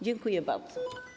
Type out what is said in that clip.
Dziękuję bardzo.